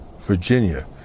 Virginia